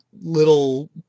little